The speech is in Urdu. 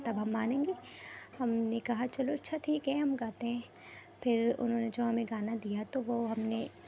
تب ہم مانیں گے ہم نے کہا چلو اچھا ٹھیک ہے ہم گاتے ہیں پھر انھوں نے جو ہمیں جو گانا دیا تو وہ ہم نے